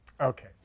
Okay